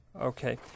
okay